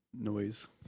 noise